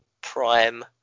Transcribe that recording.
prime